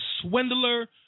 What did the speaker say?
swindler